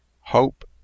hope